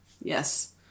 Yes